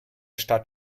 stadt